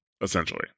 essentially